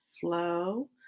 flow